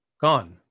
gone